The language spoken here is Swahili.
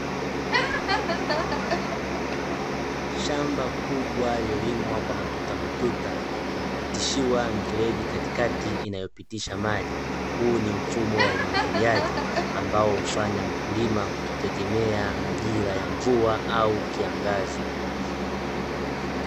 Shamba kubwa lililolimwa kwa matutamatuta, na kupitishiwa mifereji katikati inayopitisha maji. Huu ni mfumo wa umwagiliaji ambao humfanya mkulima kutotegemea majira ya mvua au kiangazi.